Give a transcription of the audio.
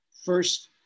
first